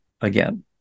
again